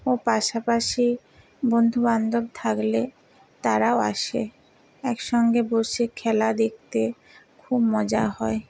ও পাশাপাশি বন্ধুবান্ধব থাকলে তারাও আসে একসঙ্গে বসে খেলা দেখতে খুব মজা হয়